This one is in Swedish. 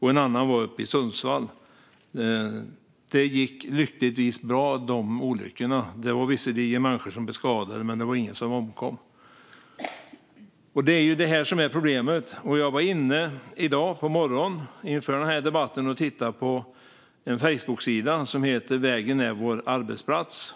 en annan uppe i Sundsvall. Lyckligtvis gick dessa olyckor bra. Visserligen blev människor skadade, men det var ingen som omkom. Det är detta som är problemet. Jag var nu på morgonen, inför denna debatt, inne och tittade på Facebooksidan Vägen är vår arbetsplats.